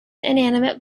inanimate